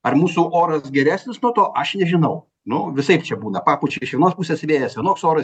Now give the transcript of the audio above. ar mūsų oras geresnis nuo to aš nežinau nu visaip čia būna papučia iš vienos pusės vėjas vienoks oras